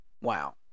Wow